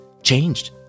Changed